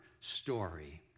story